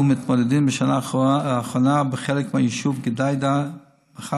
מתמודדים בשנה האחרונה בחלק מהיישוב ג'דיידה-מכר,